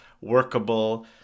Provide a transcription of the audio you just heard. workable